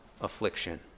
affliction